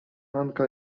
anka